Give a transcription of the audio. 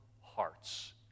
hearts